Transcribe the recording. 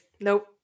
nope